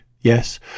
Yes